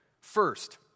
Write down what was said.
First